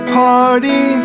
party